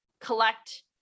collect